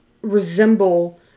resemble